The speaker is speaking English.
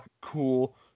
cool